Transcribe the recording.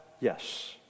Yes